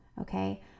Okay